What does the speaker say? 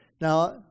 Now